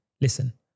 listen